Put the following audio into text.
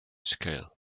scale